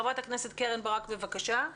חברת הכנסת קרן ברק, בבקשה.